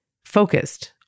focused